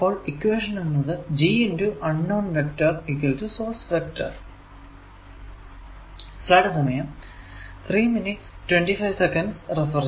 അപ്പോൾ ഇക്വേഷൻ എന്നത് G × unknown vector source vector